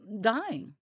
dying